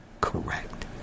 correct